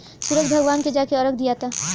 सूरज भगवान के जाके अरग दियाता